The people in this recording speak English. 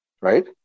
right